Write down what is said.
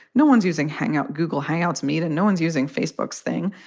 no one's using hangout. google hangouts me that no one's using facebook thing.